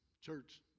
church